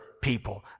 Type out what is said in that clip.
people